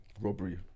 robbery